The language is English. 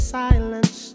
silence